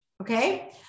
Okay